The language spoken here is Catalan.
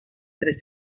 tres